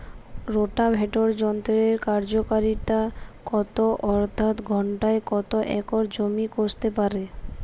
Rotavator যন্ত্রের কার্যকারিতা কত অর্থাৎ ঘণ্টায় কত একর জমি কষতে পারে?